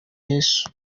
yezu